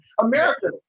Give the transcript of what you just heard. America